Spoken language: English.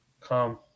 Come